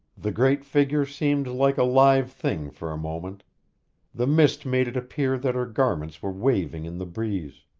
the great figure seemed like a live thing for a moment the mist made it appear that her garments were waving in the breeze.